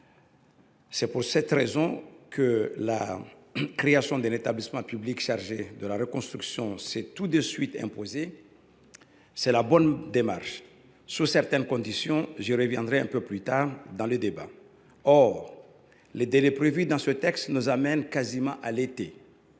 C’est pourquoi la création d’un établissement public chargé de la reconstruction s’est tout de suite imposée. C’est la bonne démarche – sous certaines conditions, j’y reviendrai un peu plus tard dans le débat. Mais les délais inscrits dans ce texte nous amènent quasiment à l’été.